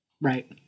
Right